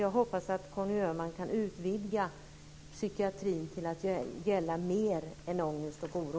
Jag hoppas därför att Conny Öhman kan utvidga psykiatrin till att gälla mer än ångest och oro.